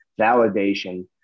validation